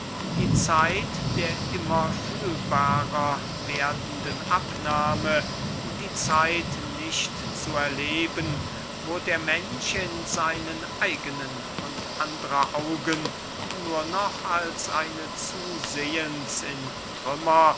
die zeit der immer fühlbarer werdenden abnahme die zeit nicht zu erleben wo der mensch in seinen eigenen und andrer augen nur noch als eine zusehens in trümmer